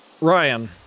Ryan